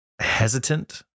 hesitant